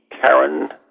Karen